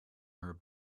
her